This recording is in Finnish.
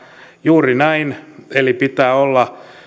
juuri näin eli pitää olla